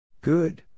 Good